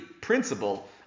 principle